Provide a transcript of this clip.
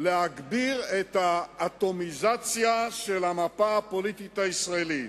להגביר את האטומיזציה של המפה הפוליטית הישראלית: